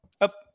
up